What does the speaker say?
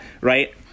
right